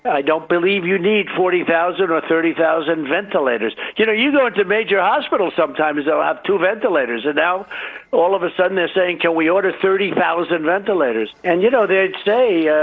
i don't believe you need forty thousand or thirty thousand ventilators. you know, you go into major hospitals sometimes, they'll have two ventilators. and now all of a sudden they're saying, can we order thirty thousand ventilators? and, you know, they say,